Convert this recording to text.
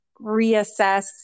reassess